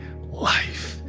life